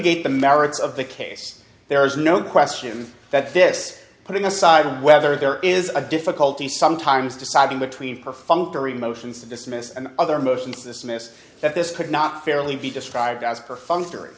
litigate the merits of the case there is no question that this putting aside whether there is a difficulty sometimes deciding between perfunctory motions to dismiss and other motions to dismiss that this could not fairly be described as perfunctory